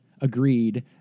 agreed